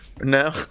No